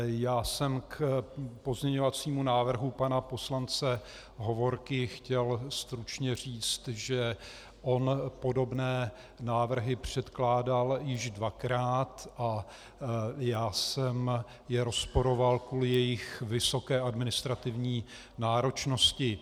Já jsem k pozměňovacímu návrhu pana poslance Hovorky chtěl stručně říct, že on podobné návrhy předkládal již dvakrát a já jsem je rozporoval kvůli jejich vysoké administrativní náročnosti.